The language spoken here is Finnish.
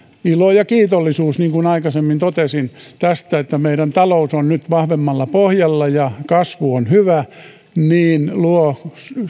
ilo ja kiitollisuus niin kuin aikaisemmin totesin että meidän taloutemme on nyt vahvemmalla pohjalla ja kasvu on hyvä niin tämä luo